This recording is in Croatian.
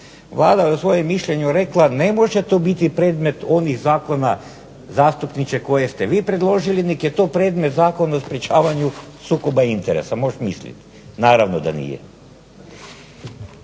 Vlada je u svojem mišljenju rekla ne može to biti predmet onih zakona zastupniče koje ste vi predložili nego je to predmet Zakona o sprečavanju sukoba interesa, moš mislit, naravno da nije.